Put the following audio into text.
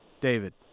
David